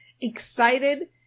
excited